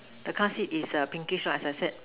the car sheet is pinky so as the other side